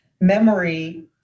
memory